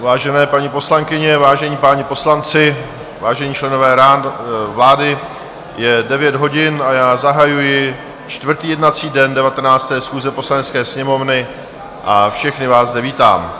Vážené paní poslankyně, vážení páni poslanci, vážení členové vlády, je 9 hodin a já zahajuji čtvrtý jednací den 19. schůze Poslanecké sněmovny a všechny vás zde vítám.